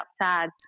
outside